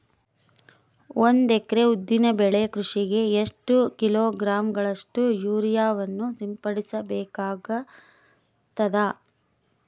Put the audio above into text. ಒಂದು ಎಕರೆ ಉದ್ದಿನ ಬೆಳೆ ಕೃಷಿಗೆ ಎಷ್ಟು ಕಿಲೋಗ್ರಾಂ ಗಳಷ್ಟು ಯೂರಿಯಾವನ್ನು ಸಿಂಪಡಸ ಬೇಕಾಗತದಾ?